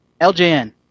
LJN